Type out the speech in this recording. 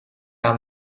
aan